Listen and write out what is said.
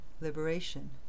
liberation